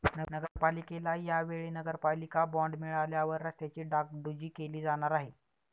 नगरपालिकेला या वेळी नगरपालिका बॉंड मिळाल्यावर रस्त्यांची डागडुजी केली जाणार आहे